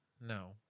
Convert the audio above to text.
No